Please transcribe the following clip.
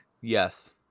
Yes